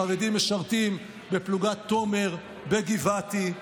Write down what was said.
חרדים משרתים בפלוגת תומר בגבעתי.